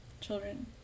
children